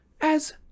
As